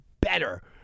better